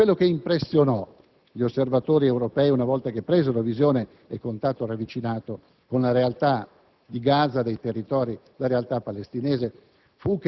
Quello che impressionò gli osservatori europei, una volta che presero visione e contatto ravvicinato con la realtà di Gaza, dei territori e con la realtà palestinese